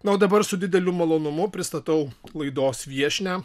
na o dabar su dideliu malonumu pristatau laidos viešnią